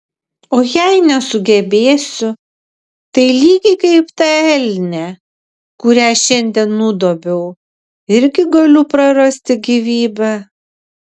o jei nesugebėsiu tai lygiai kaip ta elnė kurią šiandien nudobiau irgi galiu prarasti gyvybę